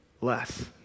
less